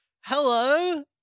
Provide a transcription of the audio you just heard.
Hello